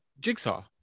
jigsaw